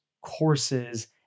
courses